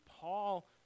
Paul